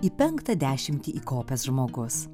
į penktą dešimtį įkopęs žmogus